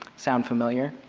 sound familiar?